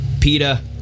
PETA